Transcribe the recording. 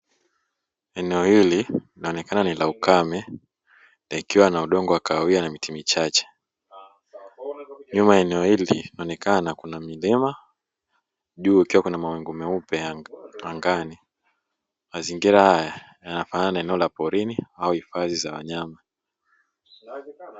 Eneo hili linaonekana ni la ukame, likiwa na udongo wa kahawia na miti michache. Nyuma ya eneo hili linaonekana kuna milima juu kukiwa kuna mawingu meupe angani. Mazingira haya yanafana na eneo la porini au hifadhi za wanyama."